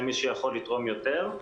למי שיכול לתרום יותר,